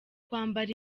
kwambara